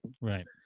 Right